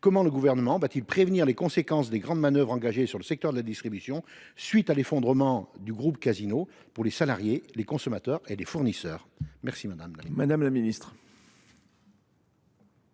comment le Gouvernement compte t il prévenir les conséquences des grandes manœuvres engagées dans le secteur de la distribution à la suite de l’effondrement du groupe Casino pour les salariés, les consommateurs et les fournisseurs ? La parole est à Mme la ministre